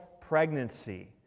pregnancy